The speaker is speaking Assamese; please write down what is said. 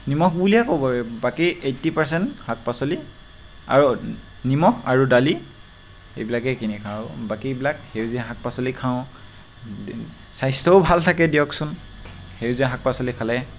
নিমখ বুলিয়ে ক'ব পাৰি বাকী এইটটি পাৰচেন্ট শাক পাচলি আৰু নিমখ আৰু দালি এইবিলাকে কিনি খাওঁ আৰু এইবিলাক সেউজীয়া শাক পাচলি খাওঁ স্বাস্থ্যও ভাল থাকে দিয়কচোন সেউজীয়া শাক পাচলি খালে